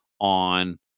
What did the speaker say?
on